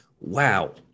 wow